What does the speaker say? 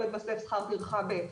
לא יתווסף שכר טרחה ב'.